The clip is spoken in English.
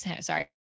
sorry